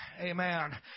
amen